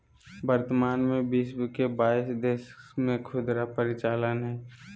वर्तमान में विश्व के बाईस देश में खुदरा परिचालन हइ